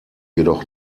jedoch